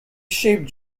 shaped